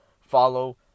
Follow